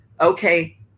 okay